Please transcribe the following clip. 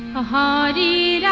so hobby